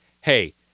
hey